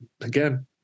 Again